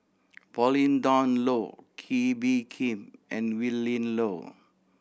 Pauline Dawn Loh Kee Bee Khim and Willin Low